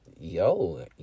Yo